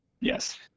Yes